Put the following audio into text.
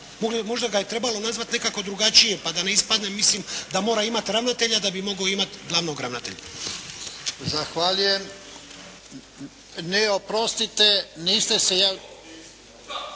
Možda ga je trebalo nazvati nekako drugačije, pa da ne ispadne mislim da mora imati ravnatelja da bi mogao imati glavnog ravnatelja. **Jarnjak, Ivan (HDZ)** Zahvaljujem. Ne, oprostite, niste se javili.